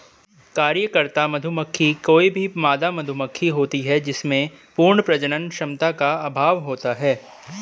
कार्यकर्ता मधुमक्खी कोई भी मादा मधुमक्खी होती है जिसमें पूर्ण प्रजनन क्षमता का अभाव होता है